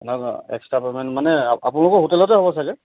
নহয় extra payment মানে আপোনালোকৰ হোটেলতে হ'ব চাগে